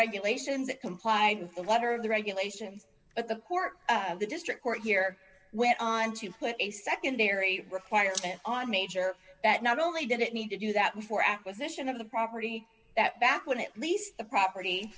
regulations that comply with the letter of the regulations of the court the district court here went on to put a secondary requirement on major that not only did it need to do that before acquisition of the property that back when it leased the property